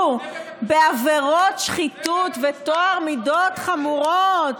בעבירות שחיתות וטוהר מידות חמורות?